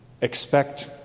expect